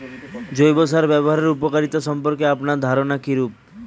জৈব সার ব্যাবহারের উপকারিতা সম্পর্কে আপনার ধারনা কীরূপ?